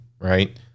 right